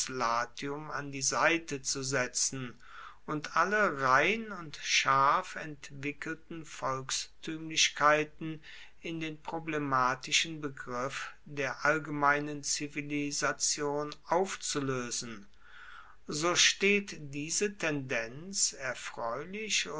latium an die seite zu setzen und alle rein und scharf entwickelten volkstuemlichkeiten in den problematischen begriff der allgemeinen zivilisation aufzuloesen so steht diese tendenz erfreulich